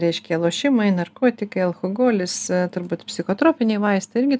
reiškia lošimai narkotikai alchogolis turbūt psichotropiniai vaistai irgi